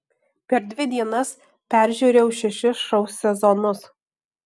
per dvi dienas peržiūrėjau šešis šou sezonus